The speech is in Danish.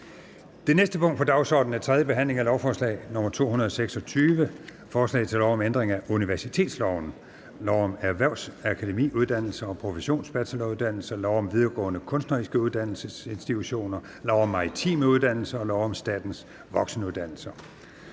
Det næste punkt på dagsordenen er: 6) 3. behandling af lovforslag nr. L 226: Forslag til lov om ændring af universitetsloven, lov om erhvervsakademiuddannelser og professionsbacheloruddannelser, lov om videregående kunstneriske uddannelsesinstitutioner, lov om maritime uddannelser og lov om statens voksenuddannelsesstøtte